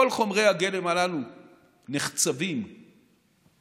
כל חומרי הגלם הללו נחצבים מהקרקע,